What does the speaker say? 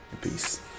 peace